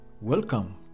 Welcome